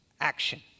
action